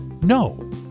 no